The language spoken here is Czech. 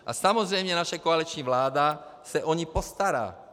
A samozřejmě naše koaliční vláda se o ně postará.